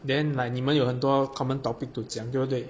then like 你们有很多 common topic to 讲对不对